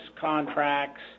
contracts